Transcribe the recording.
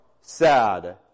sad